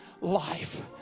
life